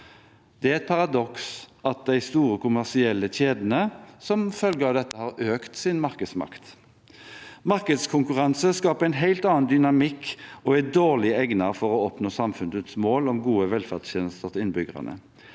Det er et paradoks at de store kommersielle kjedene som følge av dette har økt sin markedsmakt. Markedskonkurranse skaper en helt annen dynamikk og er dårlig egnet for å oppnå samfunnets mål om gode velferdstjenester til innbyggerne.